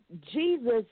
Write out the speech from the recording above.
jesus